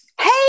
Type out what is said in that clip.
hey